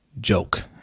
joke